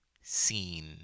seen